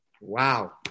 Wow